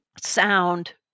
sound